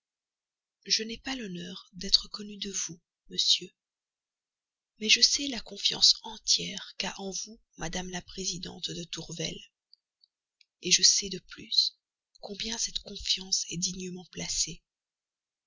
je n'ai pas l'honneur d'être connu de vous monsieur mais je sais la confiance entière qu'a en vous madame la présidente de tourvel je sais de plus combien cette confiance est dignement placée